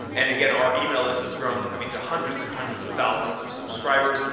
and again, our email, this has grown, i mean, to hundreds and hundreds of thousands of subscribers,